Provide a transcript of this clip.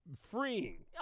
Freeing